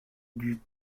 dut